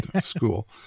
School